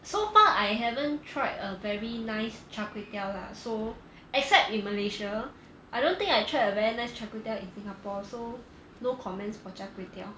so far I haven't tried a very nice char kway teow lah so except in malaysia I don't think I tried a very nice char kway teow in singapore so no comments for char kway teow